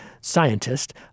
scientist